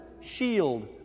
shield